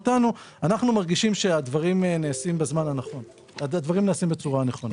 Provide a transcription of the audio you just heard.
אנחנו מרגישים שהדברים נעשים בצורה נכונה.